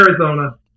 Arizona